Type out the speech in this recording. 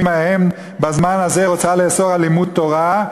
ההם בזמן הזה הוצע לאסור לימוד תורה,